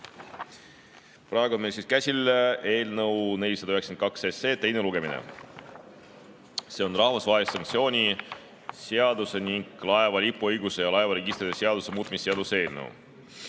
Praegu on meil käsil eelnõu 492 teine lugemine. See on rahvusvahelise sanktsiooni seaduse ning laeva lipuõiguse ja laevaregistrite seaduse muutmise seaduse eelnõu.